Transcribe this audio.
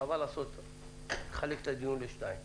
חבל לחלק את הדיון לשניים.